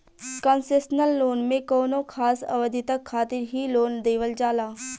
concessional loan में कौनो खास अवधि तक खातिर ही लोन देवल जाला